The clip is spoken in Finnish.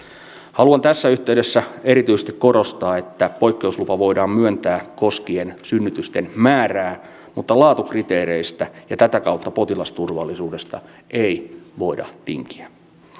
haluan tässä yhteydessä erityisesti korostaa että poikkeuslupa voidaan myöntää koskien synnytysten määrää mutta laatukriteereistä ja tätä kautta potilasturvallisuudesta ei voida tinkiä